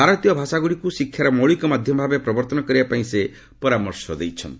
ଭାରତୀୟ ଭାଷାଗୁଡ଼ିକୁ ଶିକ୍ଷାର ମୌଳିକ ମାଧ୍ୟମ ଭାବେ ପ୍ରବର୍ତ୍ତନ କରିବା ପାଇଁ ସେ ପରାମର୍ଶ ଦେଇଛନ୍ତି